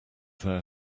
there